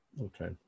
Okay